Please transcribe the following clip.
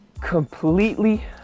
completely